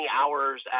hours